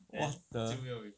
what the